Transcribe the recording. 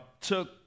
took